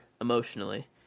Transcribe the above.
emotionally